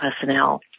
personnel